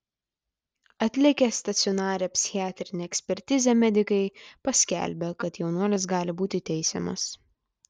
atlikę stacionarią psichiatrinę ekspertizę medikai paskelbė kad jaunuolis gali būti teisiamas